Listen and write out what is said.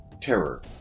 terror